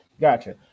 gotcha